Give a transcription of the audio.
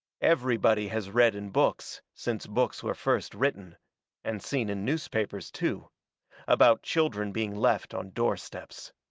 everybody has read in books, since books were first written and seen in newspapers, too about children being left on door steps.